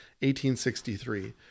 1863